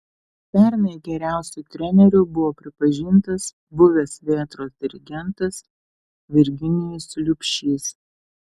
pernai geriausiu treneriu buvo pripažintas buvęs vėtros dirigentas virginijus liubšys